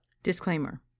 Disclaimer